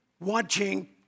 watching